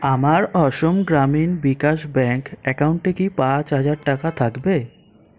আমার অসম গ্রামীণ বিকাশ ব্যাঙ্ক অ্যাকাউন্টে কি পাঁচ হাজার টাকা থাকবে